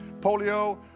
polio